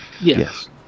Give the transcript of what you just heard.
Yes